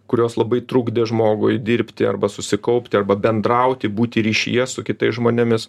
kurios labai trukdė žmogui dirbti arba susikaupti arba bendrauti būti ryšyje su kitais žmonėmis